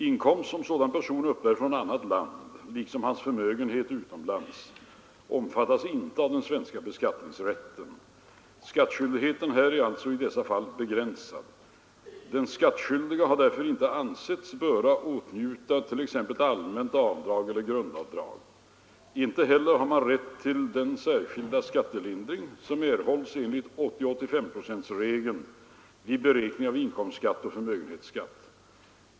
Inkomst som sådan person uppbär från annat land liksom hans förmögenhet utomlands omfattas inte av den svenska beskattningsrätten. Skattskyldigheten här är alltså i dessa fall begränsad. Den skattskyldige har därför inte ansetts böra åtnjuta t.ex. allmänt avdrag eller grundavdrag. Inte heller har man rätt till den särskilda skattelindring som erhålls enligt 80—85-procentsregeln vid beräkning av inkomstskatt och förmögenhetsskatt.